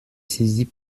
saisie